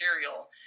material